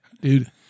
dude